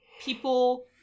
people